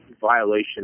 violation